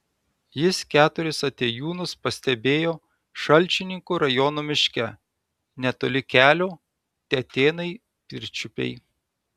jis keturis atėjūnus pastebėjo šalčininkų rajono miške netoli kelio tetėnai pirčiupiai